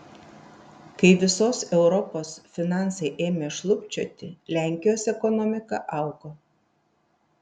kai visos europos finansai ėmė šlubčioti lenkijos ekonomika augo